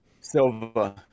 Silva